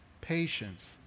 patience